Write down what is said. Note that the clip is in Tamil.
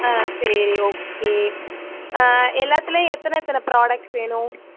ஆ சரி ஓகே எல்லாத்துலையும் எத்தனை எத்தனை ப்ராடக்ட்ஸ் வேணும்